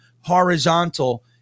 horizontal